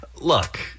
Look